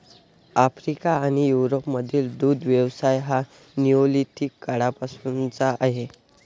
Africa आणि युरोपमधील दुग्ध व्यवसाय हा निओलिथिक काळापासूनचा आहे